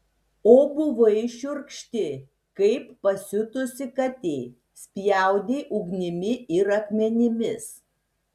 o buvai šiurkšti kaip pasiutusi katė spjaudei ugnimi ir akmenimis